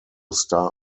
star